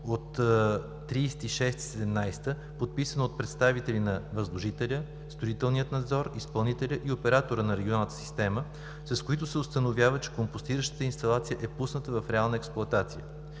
от 30.06.2017 г., подписан от представители на възложителя, Строителния надзор, изпълнителя и оператора на регионалната система, с които се установява, че компостиращата инсталация е пусната в реална експлоатация.